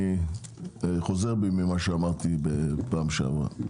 אני חוזר בי ממה שאמרתי בפעם שעברה.